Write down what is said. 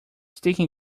sticky